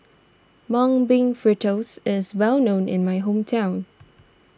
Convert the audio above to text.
Mung Bean Fritters is well known in my hometown